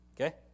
Okay